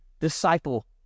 disciple